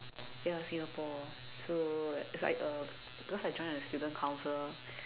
ya Singapore so it's like uh because I join the student council